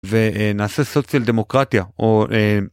ו.. אה.. נעשה סוציאל דמוקרטיה. או אהמ..